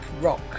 rock